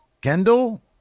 Kendall